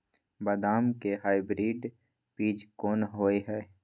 बदाम के हाइब्रिड बीज कोन होय है?